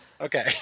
Okay